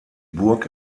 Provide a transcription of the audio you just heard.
burg